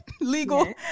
legal